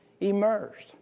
immersed